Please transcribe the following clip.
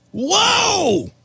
Whoa